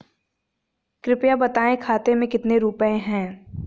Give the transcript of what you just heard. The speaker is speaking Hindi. कृपया बताएं खाते में कितने रुपए हैं?